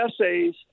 essays